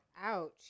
Ouch